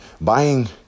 buying